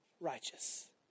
Righteous